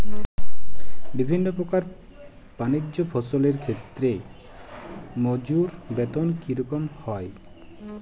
বিভিন্ন প্রকার বানিজ্য ফসলের ক্ষেত্রে মজুর বেতন কী রকম হয়?